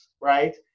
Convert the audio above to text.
right